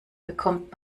bekommt